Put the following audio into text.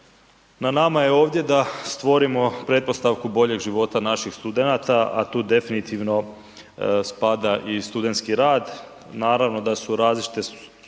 na nama je ovdje da stvorimo pretpostavku boljeg života naših studenata, a tu definitivno spada i studentski rad, naravno da su različite sudbine